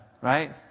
right